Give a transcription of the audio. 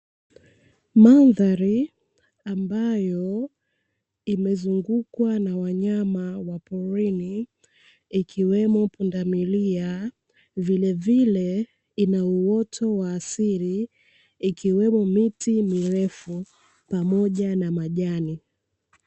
Mandhari ambayo imezungukwa na wanyama wa porini ikiwemo pundamilia, vilevile ina uoto wa asili ikiwemo miti mirefu pamoja na majani.